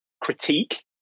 critique